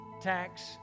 tax